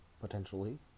potentially